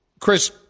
Chris